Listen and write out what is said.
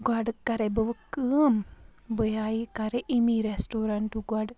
گۄڈٕ کَرٕے بہٕ وۄنۍ کٲم بہٕ یِہٕے کَرٕے اَمی ریسٹورینٛٹُک گۄڈٕ